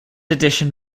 edition